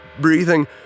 breathing